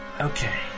Okay